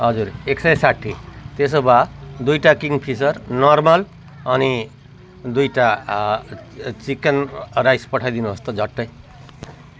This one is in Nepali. हजुर एक सय साठी त्यसो भए दुइवटा किङ फिसर नर्मल अनि दुइवटा चिकन राइस पठाइदिनु होस् त झट्टै